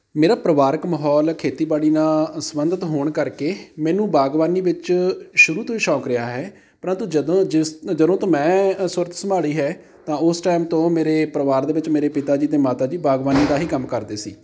ਮੇਰਾ ਪਰਿਵਾਰਕ ਮਾਹੌਲ ਖੇਤੀਬਾੜੀ ਨਾਲ਼ ਸੰਬੰਧਿਤ ਹੋਣ ਕਰਕੇ ਮੈਨੂੰ ਬਾਗਬਾਨੀ ਵਿੱਚ ਸ਼ੁਰੂ ਤੋਂ ਹੀ ਸ਼ੌਕ ਰਿਹਾ ਹੈ ਪਰੰਤੂ ਜਦੋਂ ਜਿਸ ਜਦੋਂ ਤੋਂ ਮੈਂ ਸੁਰਤ ਸੰਭਾਲੀ ਹੈ ਤਾਂ ਉਸ ਟਾਈਮ ਤੋਂ ਮੇਰੇ ਪਰਿਵਾਰ ਦੇ ਵਿੱਚ ਮੇਰੇ ਪਿਤਾ ਜੀ ਅਤੇ ਮਾਤਾ ਜੀ ਬਾਗਬਾਨੀ ਦਾ ਹੀ ਕੰਮ ਕਰਦੇ ਸੀ